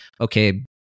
okay